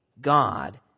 God